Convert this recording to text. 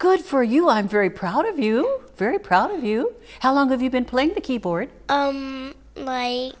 good for you i'm very proud of you very proud of you how long have you been playing the keyboard